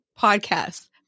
podcasts